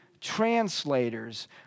translators